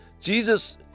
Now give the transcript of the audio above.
Jesus